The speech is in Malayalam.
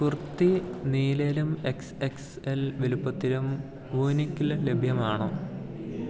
കുർത്തി നീലയിലും എക്സ് എക്സ് എൽ വലുപ്പത്തിലും വൂനിക്കില് ലഭ്യമാണോ